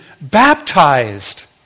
baptized